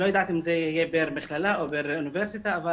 אני לא יודעת אם זה יהיה פר מכללה או פר אוניברסיטה אבל